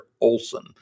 Olson